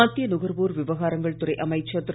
மத்திய நுகர்வோர் விவகாரங்கள் துறை அமைச்சர் திரு